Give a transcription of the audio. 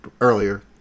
earlier